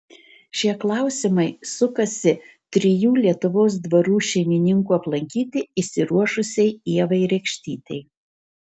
šie klausimai sukasi trijų lietuvos dvarų šeimininkų aplankyti išsiruošusiai ievai rekštytei